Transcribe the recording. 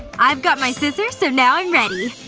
i've got my scissors so now i'm ready!